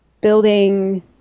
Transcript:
building